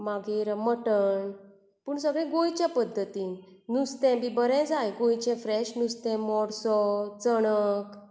मागीर मटण पूण सगळें गोंयचे पद्दतीन नुस्तें बी बरें जाय गोंयचें फ्रेश नुस्तें मोडसो चणक